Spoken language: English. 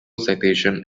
citation